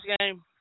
game